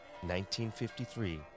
1953